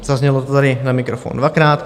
Zaznělo to tady na mikrofon dvakrát.